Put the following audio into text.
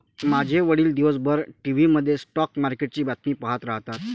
माझे वडील दिवसभर टीव्ही मध्ये स्टॉक मार्केटची बातमी पाहत राहतात